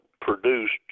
produced